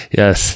yes